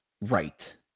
Right